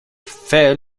fell